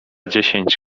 dziesięć